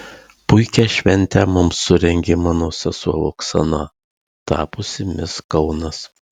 puikią šventę mums surengė mano sesuo oksana tapusi mis kaunas